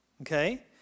Okay